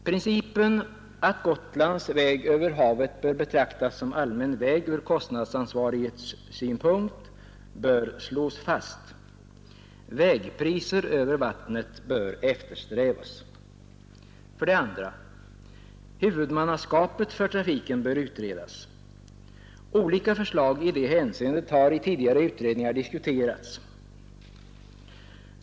Principen att Gotlands väg över havet skall betraktas som allmän väg ur kostnadsansvarighetssynpunkt bör slås fast. Vägpriser över vattnet bör eftersträvas. 2. Huvudmannaskapet för trafiken bör utredas. Olika förslag i detta hänseende har i tidigare utredningar diskuterats.